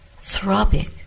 throbbing